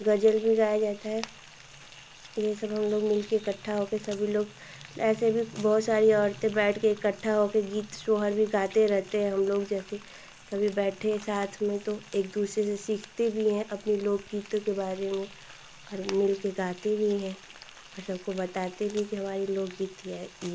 गजल भी गाया जाता है यही सब हम लोग मिल कर इकट्ठा हो कर सभी लोग ऐसे भी बहुत सारी औरतें बैठ कर इकट्ठा हो कर गीत सोहर भी गाते रहते हैं हम लोग जैसे कभी बैठे साथ में तो एक दूसरे से सीखते भी हैं अपने लोकगीतों के बारे में और मिल कर गाते भी हैं और सबको बताते भी कि हमारी लोकगीत ये है